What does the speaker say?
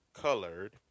colored